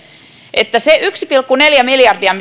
että se yksi pilkku neljä miljardia